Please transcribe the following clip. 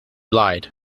lied